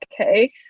okay